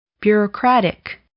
Bureaucratic